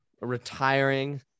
retiring